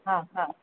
हा हा